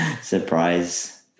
Surprise